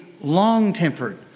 long-tempered